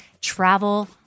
travel